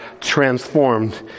transformed